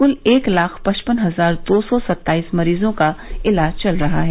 क्ल एक लाख पचपन हजार दो सौ सत्ताइस मरीजों का इलाज चल रहा है